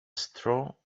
straw